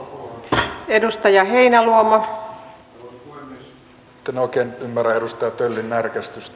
nyt en oikein ymmärrä edustaja töllin närkästystä